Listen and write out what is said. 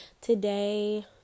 Today